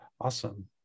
awesome